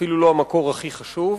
אפילו לא המקור הכי חשוב.